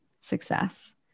success